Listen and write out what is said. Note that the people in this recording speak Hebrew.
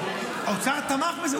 האוצר תמך בזה.